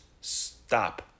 stop